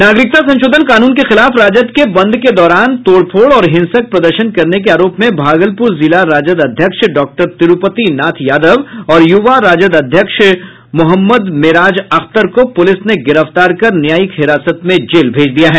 नागरिकता संशोधन कानून के खिलाफ राजद के बंद के दौरान तोड़फोड़ औरं हिंसक प्रदर्शन करने के आरोप में भागलपुर जिला राजद अध्यक्ष डॉक्टर तिरुपति नाथ यादव और युवा राजद अध्यक्ष मो मेराज अख्तर को पुलिस ने गिरफ्तार कर न्यायिक हिरासत में जेल भेज दिया है